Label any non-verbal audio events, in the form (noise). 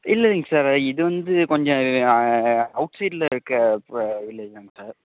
இல்லைங்க சார் இது வந்து கொஞ்சம் அவுட்சைடில் இருக்க இப்போ (unintelligible) சார்